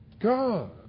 God